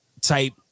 type